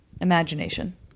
imagination